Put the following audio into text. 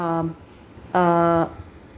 uh